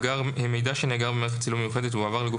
מידע שנאגר במערכת צילום מיוחדת והועבר לגוף